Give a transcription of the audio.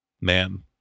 Man